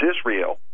Israel